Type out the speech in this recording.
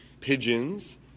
pigeons